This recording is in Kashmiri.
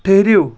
ٹھٕرِو